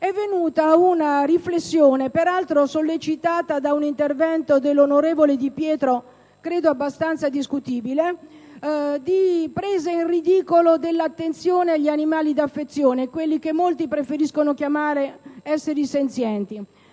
è venuta una riflessione, peraltro sollecitata da un intervento dell'onorevole Di Pietro abbastanza discutibile, di messa in ridicolo dell'attenzione agli animali d'affezione, quelli che molti preferiscono chiamare esseri senzienti.